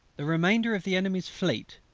the remainder of the enemy's fleet,